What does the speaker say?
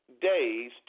days